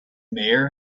mayor